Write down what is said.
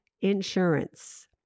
insurance